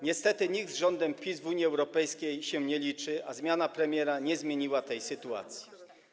Niestety nikt z rządem PiS w Unii Europejskiej się nie liczy, a zmiana premiera nie zmieniła tej sytuacji.